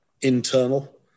internal